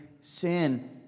sin